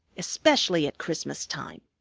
especially at christmas time.